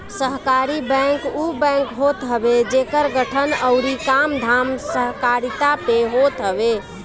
सहकारी बैंक उ बैंक होत हवे जेकर गठन अउरी कामधाम सहकारिता पे होत हवे